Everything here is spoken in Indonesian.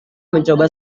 mencoba